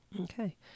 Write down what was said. Okay